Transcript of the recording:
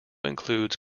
includes